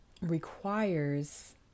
requires